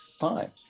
fine